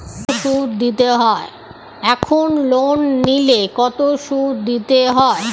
এখন লোন নিলে কত সুদ দিতে হয়?